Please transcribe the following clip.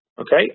Okay